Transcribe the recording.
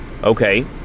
Okay